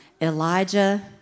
Elijah